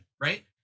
right